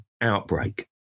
outbreak